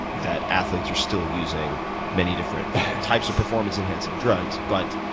that athletes are still using many different types of performance enhancing drugs, but